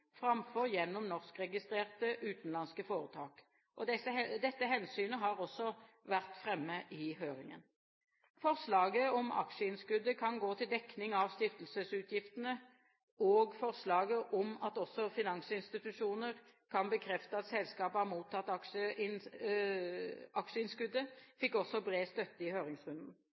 framfor gjennom norskregistrerte utenlandske foretak. Dette hensynet har også vært fremme i høringen. Forslaget om at aksjeinnskuddet kan gå til dekning av stiftelsesutgiftene og forslaget om at også finansinstitusjoner kan bekrefte at selskapet har mottatt aksjeinnskuddet, fikk også bred støtte i høringsrunden.